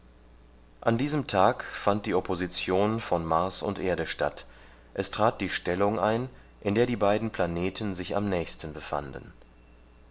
an diesem tag fand die opposition von mars und erde statt es trat die stellung ein in der die beiden planeten sich am nächsten befanden